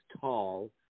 tall